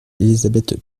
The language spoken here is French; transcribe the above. élisabeth